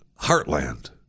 Heartland